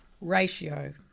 ratio